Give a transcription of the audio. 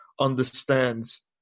understands